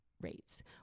rates